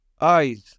eyes